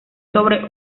sobre